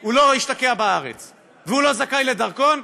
הוא לא השתקע בארץ והוא לא זכאי לדרכון,